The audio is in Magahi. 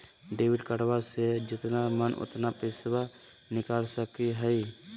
डेबिट कार्डबा से जितना मन उतना पेसबा निकाल सकी हय?